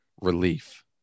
relief